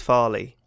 Farley